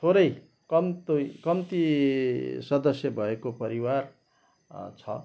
थोरै कम्ती कम्ती सदस्य भएको परिवार छ